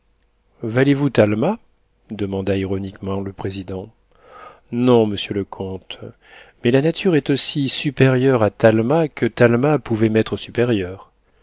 valez vous talma demanda ironiquement le président non monsieur le comte mais la nature est aussi supérieure à talma que talma pouvait m'être supérieur